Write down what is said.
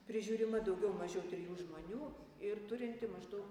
prižiūrima daugiau mažiau trijų žmonių ir turinti maždaug